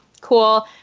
cool